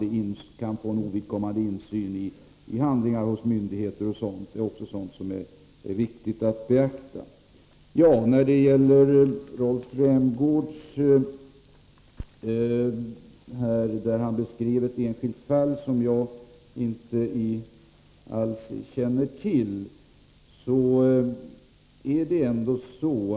Det kan ju bli fråga om otillåten insyn i myndigheters handlingar m.m. Rolf Rämgård beskrev ett enskilt fall, som jag inte alls känner till.